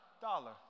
dollar